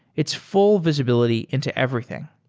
it's full visibility into everything.